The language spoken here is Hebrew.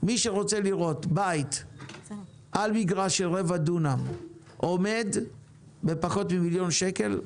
מי שרוצה לראות בית על מגרש של רבע דונם עומד בפחות ממיליון שקל,